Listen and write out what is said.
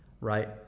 right